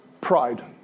Pride